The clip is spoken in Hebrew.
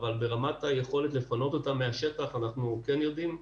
אבל ברמת היכולת לפנות אותם מהשטח אנחנו כן יודעים,